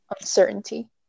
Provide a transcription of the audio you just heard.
uncertainty